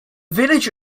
village